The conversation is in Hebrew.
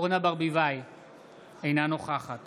אינה נוכחת